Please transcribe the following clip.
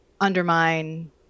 undermine